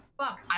fuck